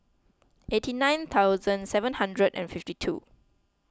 eighty nine thousand seven hundred and fifty two